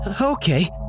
okay